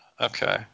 Okay